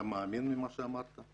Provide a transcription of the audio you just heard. אתה מאמין במה שאמרת?